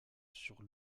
sur